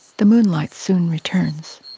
the moonlight soon returns.